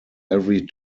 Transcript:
every